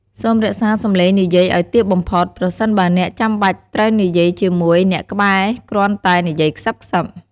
សូមរក្សាសំឡេងនិយាយឲ្យទាបបំផុត ប្រសិនបើអ្នកចាំបាច់ត្រូវនិយាយជាមួយអ្នកក្បែរគ្រាន់តែ និយាយខ្សឹបៗ។